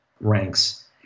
ranks